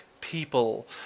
people